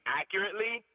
accurately